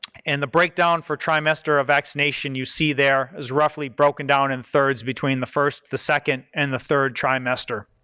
and the breakdown for trimester of vaccination you see there is roughly broken down in thirds between the first, the second and the third trimester.